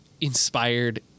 inspired